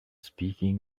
speaking